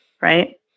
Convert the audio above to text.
Right